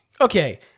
Okay